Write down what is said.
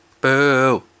Boo